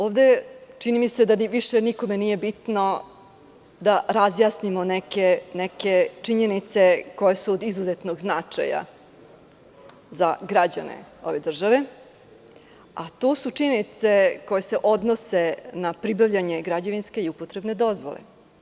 Ovde, čini mi se, da više nikome nije bitno da razjasnimo neke činjenice koje su od izuzetnog značaja za građane ove države, a to su činjenice koje se odnose na pribavljanje građevinske i upotrebne dozvole.